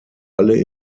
alle